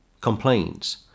complaints